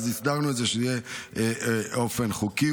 אז הסדרנו את זה שזה יהיה באופן חוקי,